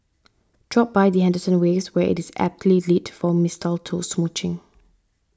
drop by the Henderson Waves where it is aptly lit for mistletoe smooching